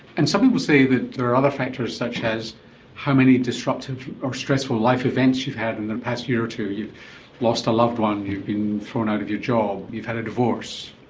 and some people say that there are other factors such as how many disruptive or stressful life events you've had in the past year or two, you've lost a loved one, you've been thrown out of your job, you've had a divorce.